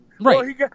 Right